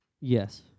Yes